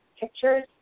pictures